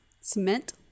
cement